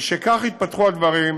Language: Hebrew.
משכך התפתחו הדברים,